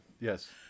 Yes